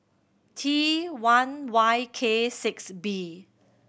T one Y K six B